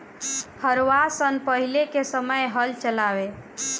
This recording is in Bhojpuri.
हरवाह सन पहिले के समय हल चलावें